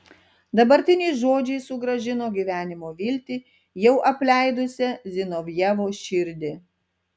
dabartiniai žodžiai sugrąžino gyvenimo viltį jau apleidusią zinovjevo širdį